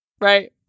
right